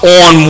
on